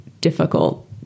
difficult